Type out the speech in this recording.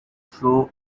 flow